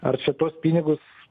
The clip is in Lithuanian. ar šituos pinigus